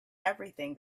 everything